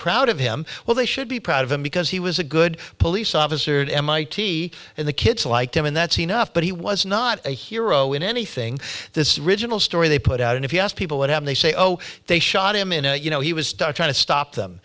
proud of him well they should be proud of him because he was a good police officer at mit and the kids liked him and that's enough but he was not a hero in anything this regional story they put out and if you ask people what have they say oh they shot him in a you know he was stuck trying to stop them